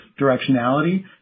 directionality